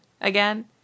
again